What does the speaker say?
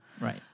Right